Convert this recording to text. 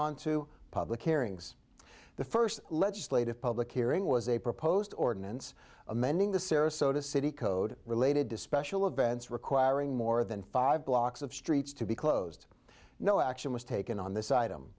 on to public hearings the first legislative public hearing was a proposed ordinance amending the sarasota city code related to special events requiring more than five blocks of streets to be closed no action was taken on this item